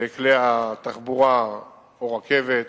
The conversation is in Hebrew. בכלי התחבורה, רכבת,